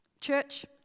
Church